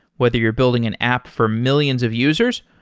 whether you're building an app for millions of users,